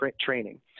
training